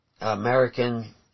American